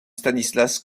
stanislas